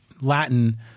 Latin